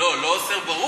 לא אוסר, ברור,